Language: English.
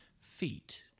feet